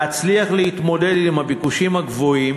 להצליח להתמודד עם הביקושים הגבוהים